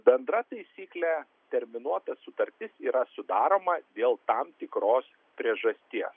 bendra taisyklė terminuota sutartis yra sudaroma dėl tam tikros priežasties